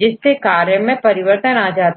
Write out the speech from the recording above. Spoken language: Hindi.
जिससे कार्यों में परिवर्तन आ जाता है